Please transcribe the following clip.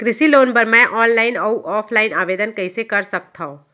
कृषि लोन बर मैं ऑनलाइन अऊ ऑफलाइन आवेदन कइसे कर सकथव?